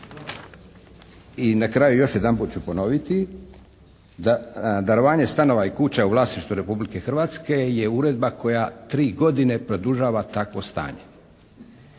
I na kraju, još jedan puta ću ponoviti, da darovanje stanova i kuća u vlasništvu Republike Hrvatske je uredba koja 3 godine produžava takvo stanje.